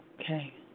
Okay